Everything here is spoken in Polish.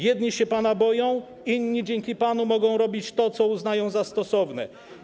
Jedni się pana boją, inni dzięki panu mogą robić to, co uznają za stosowne.